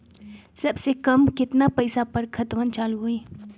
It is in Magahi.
सबसे कम केतना पईसा पर खतवन चालु होई?